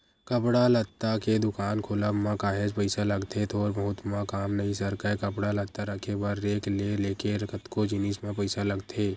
कपड़ा लत्ता के दुकान खोलब म काहेच पइसा लगथे थोर बहुत म काम नइ सरकय कपड़ा लत्ता रखे बर रेक ले लेके कतको जिनिस म पइसा लगथे